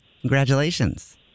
Congratulations